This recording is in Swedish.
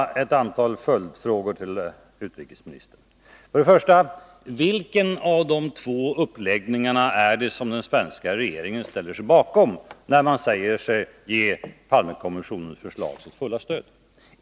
Den första frågan är: Vilken av de två uppläggningarna är det som den svenska regeringen ställer sig bakom, när man säger sig ge Palmekommissionens förslag sitt fulla stöd?